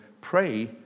Pray